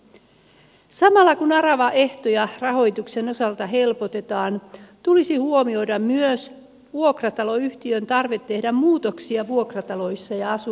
samalla kun aravaehtoja rahoituksen osalta helpotetaan tulisi huomioida myös vuokrataloyhtiön tarve tehdä muutoksia vuokrataloissa ja asunnoissa